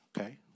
Okay